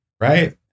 right